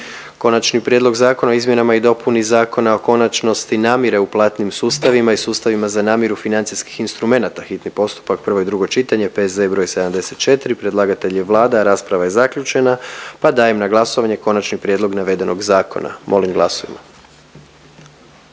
Konačni prijedlog Zakona o izmjenama i dopunama Zakona o poticanju ulaganja, hitni postupak, prvo i drugo čitanje, P.Z.E. broj 85. Predlagatelj je Vlada, rasprava je zaključena pa dajem na glasovanje konačni prijedlog navedenog zakona. Molim glasujmo.